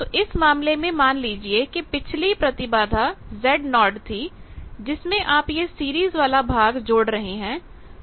तो इस मामले में मान लीजिए कि पिछली प्रतिबाधा Zo थी जिसमें आप यह सीरीज वाला भाग जोड़ रहे हैं